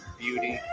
beauty